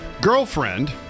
girlfriend